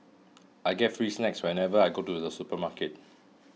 I get free snacks whenever I go to the supermarket